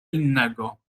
innego